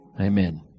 amen